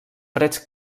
freds